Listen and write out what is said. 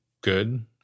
good